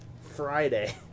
Friday